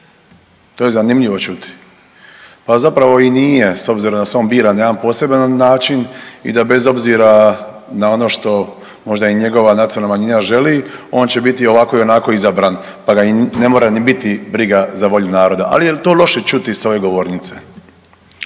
To je zanimljivo čuti. Pa zapravo i nije s obzirom da se on bira na jedna poseban način i da bez obzira na ono što možda i njegova nacionalna manjina želi, on će biti ovako i onako izabran pa ga i ne mora ni biti briga za volju naroda. Ali jel to loše čuti s ove govornice?